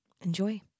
enjoy